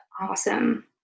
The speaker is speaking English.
awesome